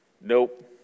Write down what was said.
Nope